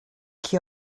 qui